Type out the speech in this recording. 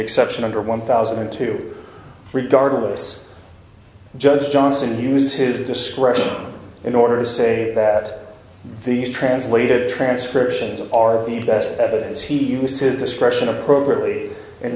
exception under one thousand and two regardless judge johnson to use his discretion in order to say that these translated transcriptions are of the best evidence he used his discretion appropriately and